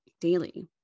daily